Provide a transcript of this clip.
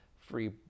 free